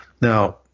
Now